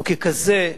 וככזה,